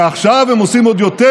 ועכשיו הם עושים עוד יותר: